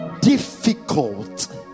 difficult